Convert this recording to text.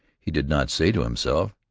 he did not say to himself,